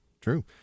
True